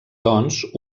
doncs